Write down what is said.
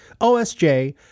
OSJ